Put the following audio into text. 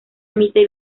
emite